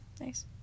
nice